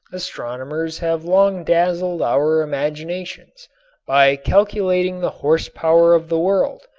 astronomers have long dazzled our imaginations by calculating the horsepower of the world,